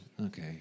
Okay